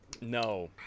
No